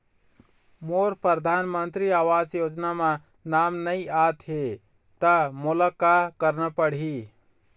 मोर परधानमंतरी आवास योजना म नाम नई आत हे त मोला का करना पड़ही?